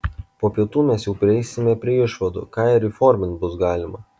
po pietų mes jau prieisime prie išvadų ką ir įformint bus galima